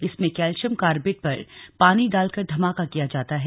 इसमें calcium carbide पर पानी डालकर धमाका किया जाता है